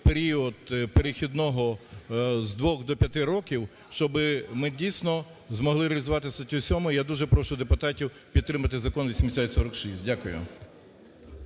період перехідного з 2 до 5 років, щоб ми дійсно змогли реалізувати статтю 7. Я дуже прошу депутатів підтримати Закон 8046. Дякую.